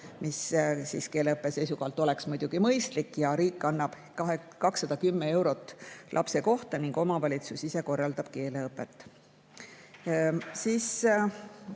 mis keeleõppe seisukohalt oleks muidugi mõistlik. Riik annab 210 eurot lapse kohta ning omavalitsus ise korraldab keeleõpet.